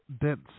dense